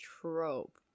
trope